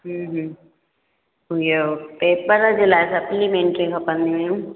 हम्म हम्म इहो पेपर जे लाइ सप्लीमेंट्री खपंदी हुयूं